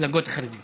מהמפלגות החרדיות